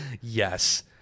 Yes